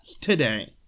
today